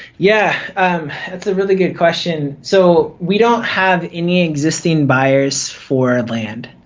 yeah that's a really good question. so we don't have any existing buyers for land